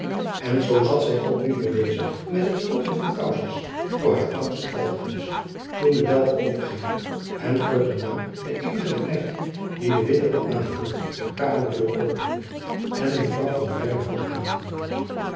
en zoo zat zy ook nu weêr bezig met het stoppen van kousjens voor haar oudste telgjens toen de bel overging en kort daarna de eenige knecht dien de witt er op nahield de kamerdeur opende en mevrouw van wernhout aandiende